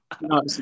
No